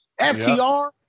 FTR